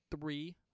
three